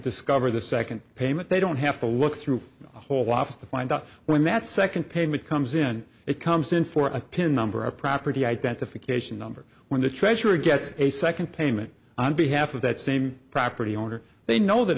discover the second payment they don't have to look through the whole office to find out when that second payment comes in it comes in for a pin number a property identification number when the treasurer gets a second payment on behalf of that same property owner they know that